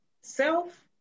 self